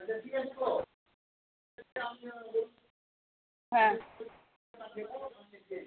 হ্যাঁ